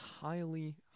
highly